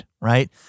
right